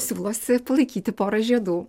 siūlosi palaikyti porą žiedų